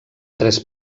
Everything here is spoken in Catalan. tres